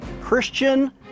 Christian